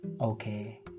Okay